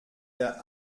der